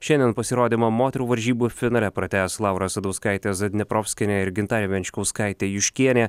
šiandien pasirodymą moterų varžybų finale pratęs laura asadauskaitė zadneprovskienė ir gintarė venčkauskaitė juškienė